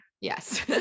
yes